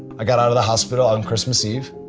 i got out of the hospital on christmas eve,